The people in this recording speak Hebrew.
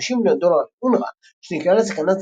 50 מיליון דולר לאונר"א שנקלעה לסכנת